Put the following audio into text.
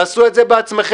תעשו את זה בעצמכם.